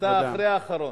אחרי האחרון.